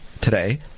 today